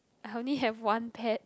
I only have one pet